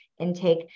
intake